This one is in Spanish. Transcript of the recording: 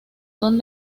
son